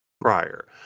prior